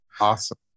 Awesome